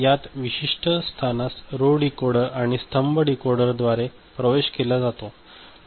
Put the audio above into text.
यात विशिष्ट स्थानास रो डिकोडर आणि स्तंभ डीकोडरद्वारे प्रवेश केला जातो